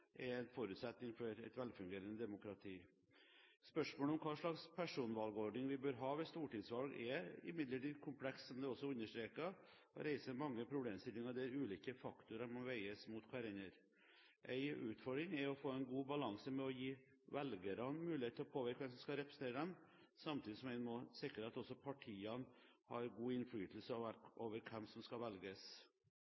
er en forutsetning for et velfungerende demokrati. Spørsmålet om hva slags personvalgordning vi bør ha ved stortingsvalg, er imidlertid komplekst – som det også er understreket – og reiser mange problemstillinger der ulike faktorer må veies mot hverandre. En utfordring er å få en god balanse mellom å gi velgerne mulighet til å påvirke hvem som skal representere dem, og å sikre at også partiene har god innflytelse